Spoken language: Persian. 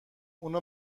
اونو